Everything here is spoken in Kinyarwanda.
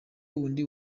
wundi